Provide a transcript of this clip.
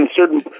certain